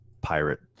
pirate